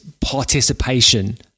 participation